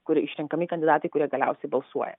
kur išrenkami kandidatai kurie galiausiai balsuoja